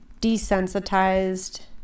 desensitized